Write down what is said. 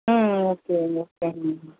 ம் okay ma'am okay ma'am